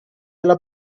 alla